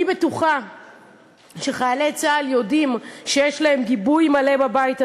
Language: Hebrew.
אני בטוחה שחיילי צה"ל יודעים שיש להם גיבוי מלא בבית הזה,